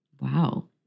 wow